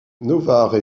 novare